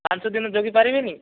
ପାଞ୍ଚ ଦିନ ଜଗିପାରିବେନି